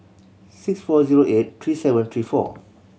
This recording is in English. six four zero eight three seven three four